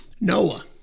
Noah